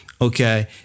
okay